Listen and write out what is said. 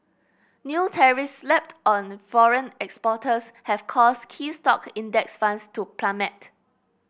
new tariffs slapped on foreign exporters have caused key stock index funds to plummet